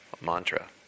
Mantra